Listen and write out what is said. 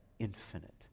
infinite